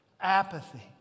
Apathy